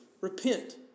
Repent